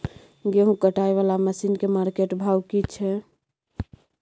गेहूं कटाई वाला मसीन के मार्केट भाव की छै?